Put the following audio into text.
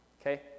Okay